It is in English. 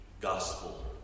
gospel